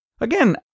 Again